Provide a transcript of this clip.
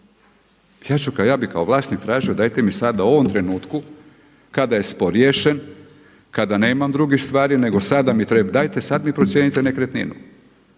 Ja bih kao vlasnik tražio dajte mi sada u ovom trenutku kada je spor riješen, kada nemam drugih stvari, nego sada mi, dajte sad mi procijenite nekretninu.